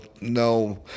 no